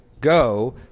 go